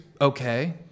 okay